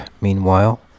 Meanwhile